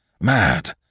mad